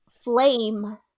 Flame